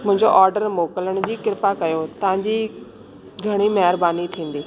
मुंहिंजो ऑडर मोकिलण जी कृपा कयो तव्हांजी घणी महिरबानी थींदी